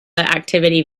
activity